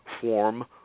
form